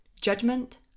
judgment